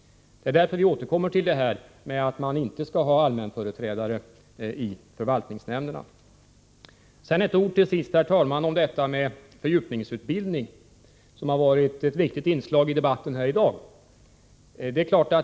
Det är därför som vi återkommer till kravet att det inte skall finnas allmänföreträdare i förvaltningsnämnderna. Herr talman! Till sist några ord om fördjupningsutbildningen, som har varit ett viktigt inslag i debatten i dag.